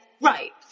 right